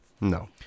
No